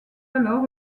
alors